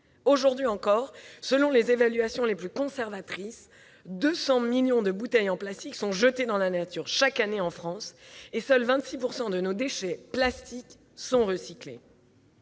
Aujourd'hui encore, selon les évaluations les plus conservatrices, 200 millions de bouteilles en plastique sont jetées dans la nature chaque année en France, et seuls 26 % de nos déchets plastiques sont recyclés.